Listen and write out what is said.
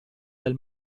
del